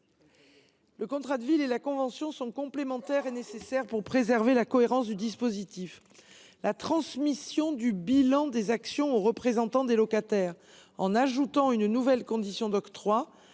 Le contrat de ville et la convention en question sont complémentaires et nécessaires pour préserver la cohérence du dispositif. La transmission du bilan des actions aux représentants des locataires, avec l’ajout d’une nouvelle condition d’octroi,